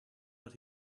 what